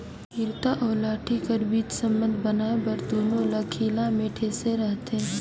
इरता अउ लाठी कर बीच संबंध बनाए बर दूनो ल खीला मे ठेसे रहथे